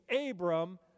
Abram